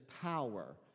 power